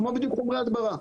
כמו בחומרי הדברה.